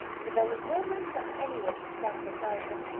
for there was no room for anyone to stand beside her.